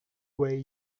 way